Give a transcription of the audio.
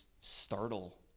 startle